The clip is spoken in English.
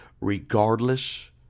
regardless